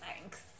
Thanks